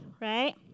right